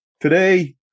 Today